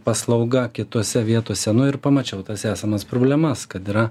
paslauga kitose vietose nu ir pamačiau tas esamas problemas kad yra